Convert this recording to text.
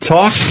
talk